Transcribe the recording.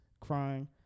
crying